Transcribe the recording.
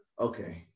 Okay